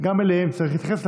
גם אליהם צריך להתייחס,